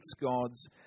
God's